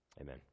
Amen